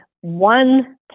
one